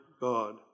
God